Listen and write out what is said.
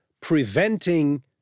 preventing